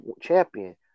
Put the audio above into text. champion